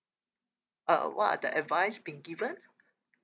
uh what are the advice been given